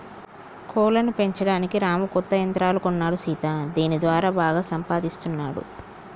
కోళ్లను పెంచడానికి రాము కొత్త యంత్రాలు కొన్నాడు సీత దీని దారా బాగా సంపాదిస్తున్నాడు